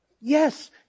Yes